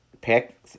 pick